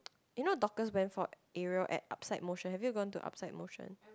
you know Dorcas went for aerial at Upside Motion have you gone to Upside Motion